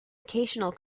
occasional